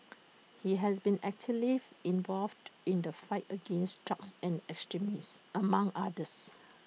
he has been actively involved in the fight against drugs and extremism among others